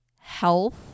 Health